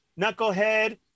Knucklehead